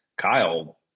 Kyle